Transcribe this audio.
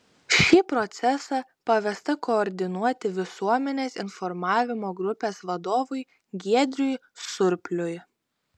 šį procesą pavesta koordinuoti visuomenės informavimo grupės vadovui giedriui surpliui